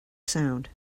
sound